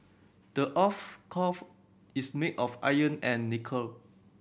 the earth's is made of iron and nickel